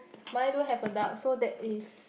mine don't have a duck so that is